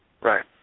Right